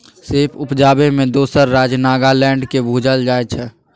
सेब उपजाबै मे दोसर राज्य नागालैंड केँ बुझल जाइ छै